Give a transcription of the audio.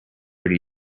where